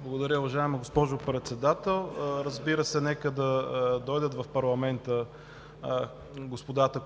Благодаря, уважаема госпожо Председател. Разбира се, нека да дойдат в парламента господата,